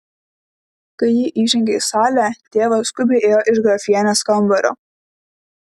kai ji įžengė į salę tėvas skubiai ėjo iš grafienės kambario